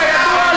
כידוע,